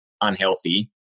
unhealthy